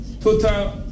total